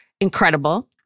incredible